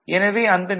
65 - 0